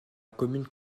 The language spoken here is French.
commune